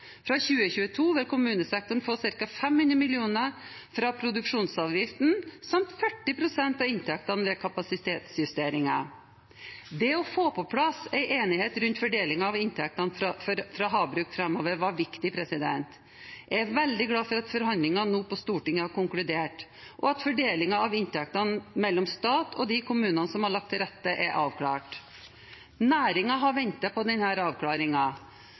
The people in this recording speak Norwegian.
Fra 2022 vil kommunesektoren få ca. 500 mill. kr fra produksjonsavgiften samt 40 pst. av inntektene ved kapasitetsjusteringer. Det å få på plass en enighet rundt fordelingen av inntektene fra havbruk framover var viktig. Jeg er veldig glad for at man i forhandlingene nå på Stortinget har konkludert, og at fordelingen av inntektene mellom stat og de kommunene som har lagt til rette, er avklart. Næringen har ventet på